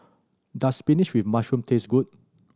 does spinach with mushroom taste good